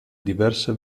diverse